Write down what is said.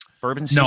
bourbon